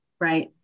right